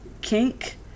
kink